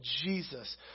Jesus